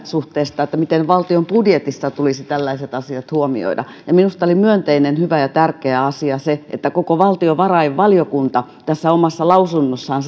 suhteessa miten valtion budjetissa tulisi tällaiset asiat huomioida minusta oli myönteinen hyvä ja tärkeä asia se että koko valtiovarainvaliokunta omassa lausunnossaan